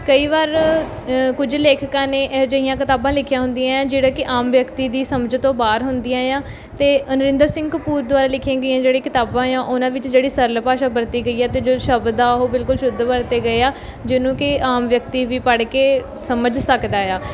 ਕਈ ਵਾਰ ਕੁਝ ਲੇਖਕਾਂ ਨੇ ਇਹੋ ਜਿਹੀਆਂ ਕਿਤਾਬਾਂ ਲਿਖੀਆਂ ਹੁੰਦੀਆਂ ਜਿਹੜਾ ਕਿ ਆਮ ਵਿਅਕਤੀ ਦੀ ਸਮਝ ਤੋਂ ਬਾਹਰ ਹੁੰਦੀਆਂ ਆ ਅਤੇ ਨਰਿੰਦਰ ਸਿੰਘ ਕਪੂਰ ਦੁਆਰਾ ਲਿਖੀਆਂ ਗਈਆਂ ਜਿਹੜੀ ਕਿਤਾਬਾਂ ਆ ਉਹਨਾਂ ਵਿੱਚ ਜਿਹੜੀ ਸਰਲ ਭਾਸ਼ਾ ਵਰਤੀ ਗਈ ਹੈ ਅਤੇ ਜੋ ਸ਼ਬਦ ਆ ਉਹ ਬਿਲਕੁਲ ਸ਼ੁੱਧ ਵਰਤੇ ਗਏ ਆ ਜਿਹਨੂੰ ਕਿ ਆਮ ਵਿਅਕਤੀ ਵੀ ਪੜ੍ਹ ਕੇ ਸਮਝ ਸਕਦਾ ਆ